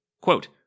Quote